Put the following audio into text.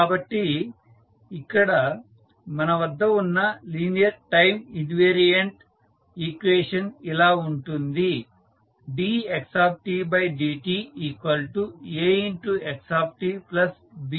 కాబట్టి ఇక్కడ మన వద్ద ఉన్న లీనియర్ టైం ఇన్వేరియంట్ ఈక్వేషన్ ఇలా ఉంటుంది dxdtAxtBut